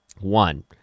one